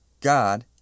God